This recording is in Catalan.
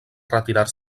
retirar